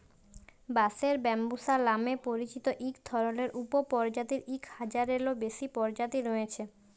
বাঁশের ব্যম্বুসা লামে পরিচিত ইক ধরলের উপপরজাতির ইক হাজারলেরও বেশি পরজাতি রঁয়েছে